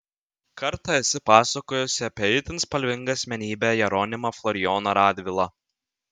kartą esi pasakojusi apie itin spalvingą asmenybę jeronimą florijoną radvilą